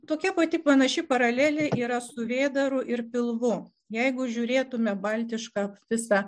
tokia pati panaši paralelė yra su vėdaru ir pilvu jeigu žiūrėtume baltiška visą